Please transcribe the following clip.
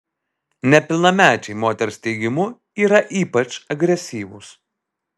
nepilnamečiai moters teigimu yra ypač agresyvūs